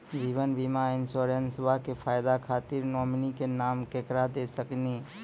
जीवन बीमा इंश्योरेंसबा के फायदा खातिर नोमिनी के नाम केकरा दे सकिनी?